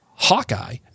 hawkeye